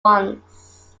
ones